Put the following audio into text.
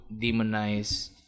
demonize